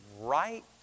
right